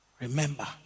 Remember